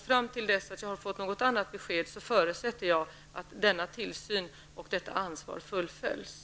Fram till dess att jag har fått något annat besked förutsätter jag att denna tillsyn och detta ansvar fullföljs.